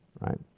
Right